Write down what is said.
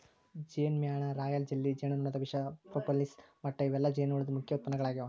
ಜೇನಮ್ಯಾಣ, royal jelly, ಜೇನುನೊಣದ ವಿಷ, propolis ಮಟ್ಟ ಇವೆಲ್ಲ ಜೇನುಹುಳದ ಮುಖ್ಯ ಉತ್ಪನ್ನಗಳಾಗ್ಯಾವ